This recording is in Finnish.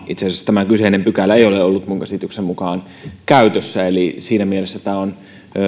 itse asiassa useassakaan tämä kyseinen pykälä ei ole ollut minun käsitykseni mukaan käytössä siinä mielessä tämä on